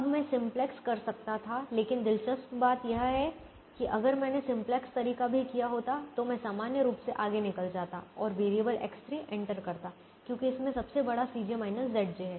अब मैं सिंपलेक्स कर सकता था लेकिन दिलचस्प बात यह है कि अगर मैंने सिंपलेक्स तरीका भी किया होता तो मैं सामान्य रूप से आगे निकल जाता और वेरिएबल X3 एंटर करता क्योंकि इसमें सबसे बड़ा है